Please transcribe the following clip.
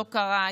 לא קרה,